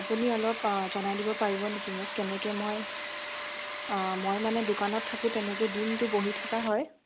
আপুনি অলপ জনাই দিব পাৰিব নেকি মোক কেনেকৈ মই মই মানে দোকানত থাকোঁ তেনেকৈ দিনটো বহি থকা হয়